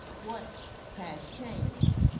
what has changed?